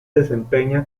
desempeña